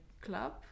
club